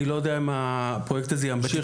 אני לא יודע אם הפרויקט הזה ימשיך,